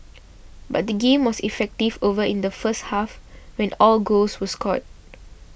but the game was effective over in the first half when all goals were scored